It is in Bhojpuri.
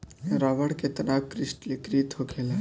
रबड़ के तनाव क्रिस्टलीकृत होखेला